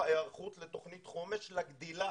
זה האפשרות להישאר בצבא לחיילים